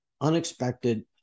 unexpected